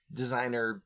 designer